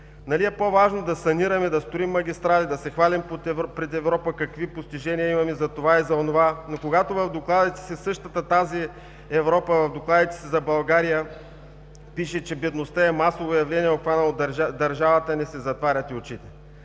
Нали е по-важно да санираме, да строим магистрали, да се хвалим пред Европа какви постижения имаме за това и за онова, но същата тази Европа в докладите си за България пише, че бедността е масово явление, обхванало държавата ни, си затваряте очите.